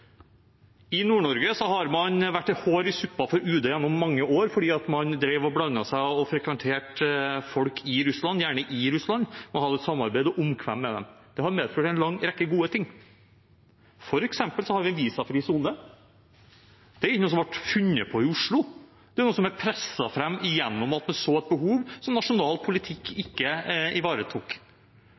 i. I Nord-Norge har man vært et hår i suppa for UD gjennom mange år, fordi man drev og blandet seg og frekventerte folk i Russland, gjerne i Russland og hadde et samarbeid og samkvem med dem. Det har medført en lang rekke gode ting, f.eks. har vi visumfri sone. Det var ikke noe som ble funnet opp i Oslo, det var noe som ble presset fram gjennom at man så et behov som nasjonal politikk ikke ivaretok.